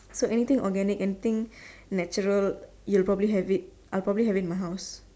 so anything organic and thing natural you probably have it I probably have it in my house